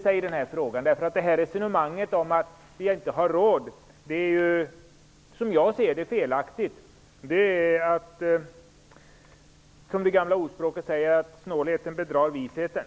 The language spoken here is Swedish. står i den här frågan. Resonemanget om att vi inte har råd är som jag ser det felaktigt. Det är som det gamla ordspråket säger: Snålheten bedrar visheten.